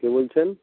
কে বলছেন